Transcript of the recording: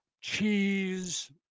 cheese